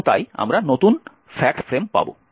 এবং তাই আমরা নতুন ফ্যাক্ট ফ্রেম পাব